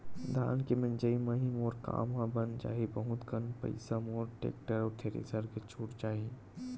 धान के मिंजई म ही मोर काम ह बन जाही बहुत कन पईसा मोर टेक्टर अउ थेरेसर के छुटा जाही